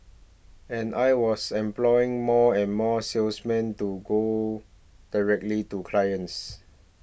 and I was employing more and more salesmen to go directly to clients